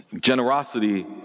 generosity